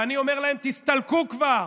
ואני אומר להם: תסתלקו כבר,